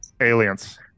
aliens